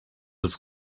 his